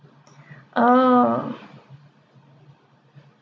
oh